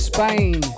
Spain